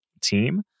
team